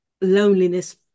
loneliness